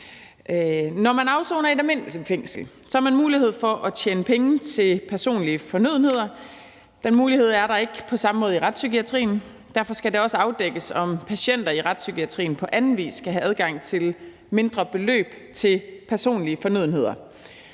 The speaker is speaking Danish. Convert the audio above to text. Når man afsoner i et almindeligt fængsel, har man mulighed for at tjene penge til personlige fornødenheder. Den mulighed er der ikke på samme måde i retspsykiatrien. Derfor skal det også afdækkes, om patienter i retspsykiatrien på anden vis skal have adgang til mindre beløb til personlige fornødenheder.